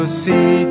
see